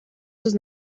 sus